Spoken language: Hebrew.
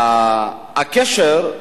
הקשר,